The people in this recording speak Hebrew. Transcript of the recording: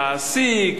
להעסיק,